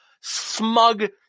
smug